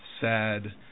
sad